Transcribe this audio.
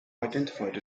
identified